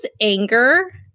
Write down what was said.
anger